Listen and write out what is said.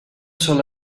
sol